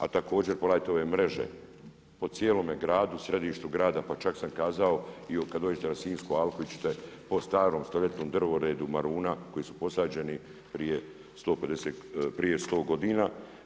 Ali također pogledajte ove mreže po cijelome gradu, središtu grada, pa čak sam kazao i kada dođete na Sinjsku alku ići ćete po starom stoljetnom drvoredu maruna koji su posađeni prije 100 godina.